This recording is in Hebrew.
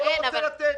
אני לא רוצה לתת.